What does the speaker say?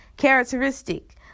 characteristic